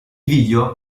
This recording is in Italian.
video